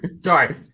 Sorry